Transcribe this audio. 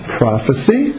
prophecy